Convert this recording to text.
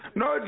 no